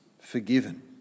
Forgiven